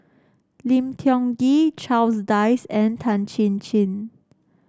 Lim Tiong Ghee Charles Dyce and Tan Chin Chin